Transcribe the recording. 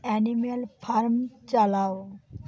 animal farm চালাও